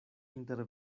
inter